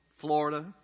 Florida